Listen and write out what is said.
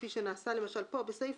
כפי שנעשה פה בסעיף,